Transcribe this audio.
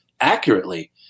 accurately